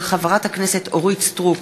מאת חברי הכנסת אורית סטרוק,